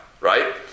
right